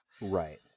Right